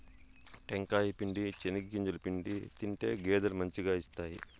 టెంకాయ పిండి, చెనిగింజల పిండి తింటే గేదెలు మంచిగా ఇస్తాయి